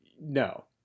No